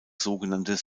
sogenannte